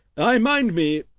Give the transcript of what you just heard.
i mind me,